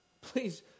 please